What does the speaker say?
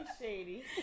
shady